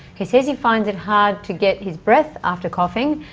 he says he finds it hard to get his breath after coughing,